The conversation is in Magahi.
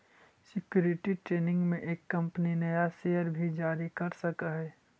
सिक्योरिटी ट्रेनिंग में एक कंपनी नया शेयर भी जारी कर सकऽ हई